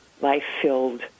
life-filled